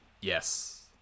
yes